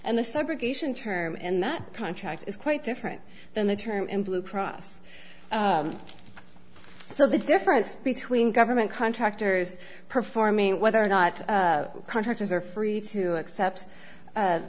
and the segregation term in that contract is quite different than the term in blue cross so the difference between government contractors performing whether or not contractors are free to accept